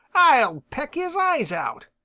i'll peck his eyes out!